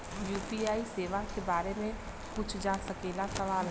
UPI सेवा के बारे में पूछ जा सकेला सवाल?